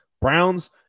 browns